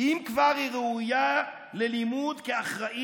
יהודה שלזינגר שואל: האם לטוניסאים יש מאכל ראוי וטעים שהוא לא סנדוויץ'